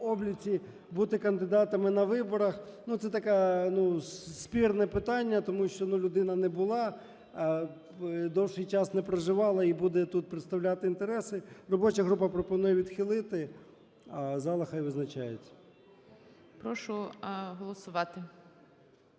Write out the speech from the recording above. бути кандидатами на виборах. Ну, це таке, ну спірне питання, тому що людина не була, довгий час не проживала і буде тут представляти інтереси. Робоча група пропонує відхилити, а зала хай визначається. ГОЛОВУЮЧИЙ. Прошу проголосувати.